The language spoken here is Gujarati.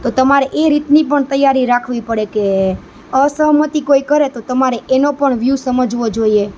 તો તમારે એ રીતની પણ તૈયારી રાખવી પડે કે અસહમતી કોઈ કરે તો તમારે એનો પણ વ્યૂ સમજવો જોઈએ